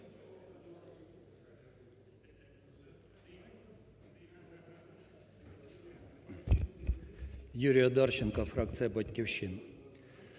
Юрій Одарченко, фракція "Батьківщина".